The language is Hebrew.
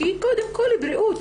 כי קודם כל בריאות.